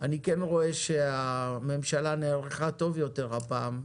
אני כן רואה שהממשלה נערכה טוב יותר הפעם,